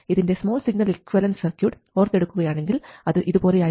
ഇതിൻറെ small signal equivalent circuit ഓർത്തെടുക്കുകയാണെങ്കിൽ അത് ഇതുപോലെയായിരുന്നു